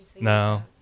No